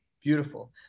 Beautiful